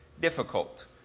difficult